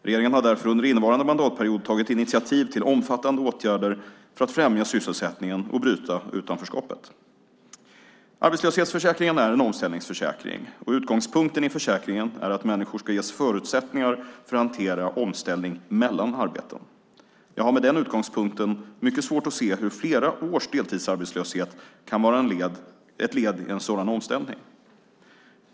Regeringen har därför under innevarande mandatperiod tagit initiativ till omfattande åtgärder för att främja sysselsättningen och bryta utanförskapet. Arbetslöshetsförsäkringen är en omställningsförsäkring och utgångspunkten i försäkringen är att människor ska ges förutsättningar för att hantera omställning mellan arbeten. Jag har med den utgångspunkten mycket svårt att se hur flera års deltidsarbetslöshet kan vara ett led i en sådan omställning.